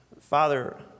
Father